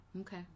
Okay